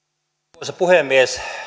arvoisa puhemies